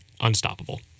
unstoppable